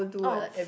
oh